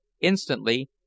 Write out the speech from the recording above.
Instantly